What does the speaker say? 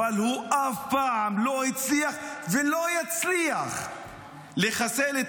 אבל הוא אף פעם לא הצליח ולא יצליח לחסל את